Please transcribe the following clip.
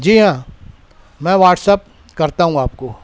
جی ہاں میں WhatsApp کرتا ہوں آپ کو